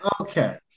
okay